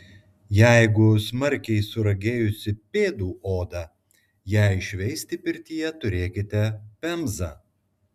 jeigu smarkiai suragėjusi pėdų oda jai šveisti pirtyje turėkite pemzą